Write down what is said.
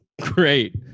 Great